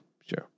Sure